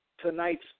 Tonight's